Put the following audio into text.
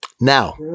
Now